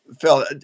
Phil